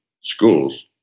schools